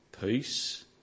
peace